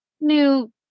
new